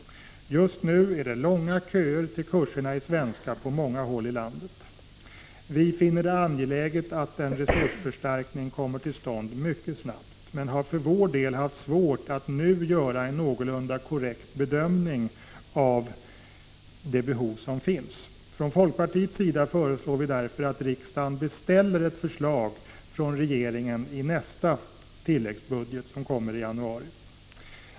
Just nu är det långa köer till kurserna i svenska på många håll i landet. Vi finner det angeläget att en resursförstärkning kommer till stånd mycket snabbt men har för vår del haft svårt att nu göra en någorlunda korrekt bedömning av behovet. Från folkpartiets sida föreslår vi därför att riksdagen beställer ett förslag från regeringen i nästa tilläggsbudget, som kommer i januari. Fru talman!